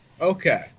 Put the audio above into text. Okay